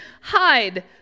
hide